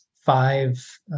five